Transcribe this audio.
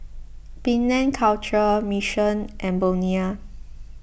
Penang Culture Mission and Bonia